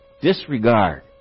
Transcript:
disregard